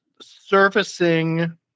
surfacing